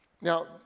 Now